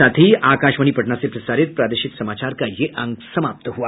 इसके साथ ही आकाशवाणी पटना से प्रसारित प्रादेशिक समाचार का ये अंक समाप्त हुआ